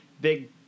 big